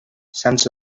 sants